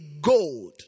gold